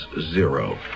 zero